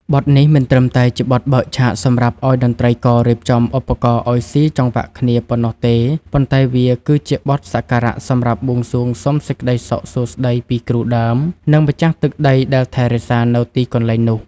បទនេះមិនត្រឹមតែជាបទបើកឆាកសម្រាប់ឱ្យតន្ត្រីកររៀបចំឧបករណ៍ឱ្យស៊ីចង្វាក់គ្នាប៉ុណ្ណោះទេ ប៉ុន្តែវាគឺជាបទសក្ការៈសម្រាប់បួងសួងសុំសេចក្តីសុខសួស្តីពីគ្រូដើម និងម្ចាស់ទឹកម្ចាស់ដីដែលថែរក្សានៅទីកន្លែងនោះ។